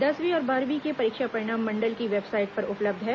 दसवीं और बारहवीं के परीक्षा परिणाम मंडल की वेबसाइट पर उपलब्ध है